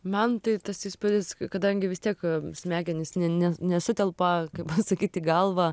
man tai tas įspūdis kadangi vis tiek smegenys ne ne nesutelpa kaip pasakyt į galvą